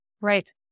Right